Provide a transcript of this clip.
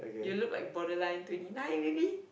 you look like borderline twenty nine maybe